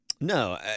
No